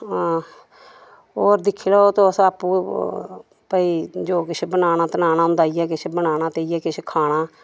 आं होर दिक्खी लैओ तुस आपूं भाई जो किश बनाना तनाना होंदा इ'यै किश बनाना ते इ'यै किश खाना